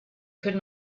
could